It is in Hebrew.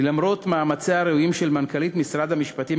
כי למרות מאמציה הראויים של מנכ"לית משרד המשפטים,